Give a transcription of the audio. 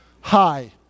hi